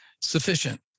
sufficient